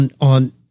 on